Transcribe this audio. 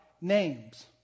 names